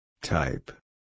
Type